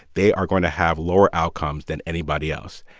they are going to have lower outcomes than anybody else.